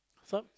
some